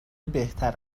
بهتر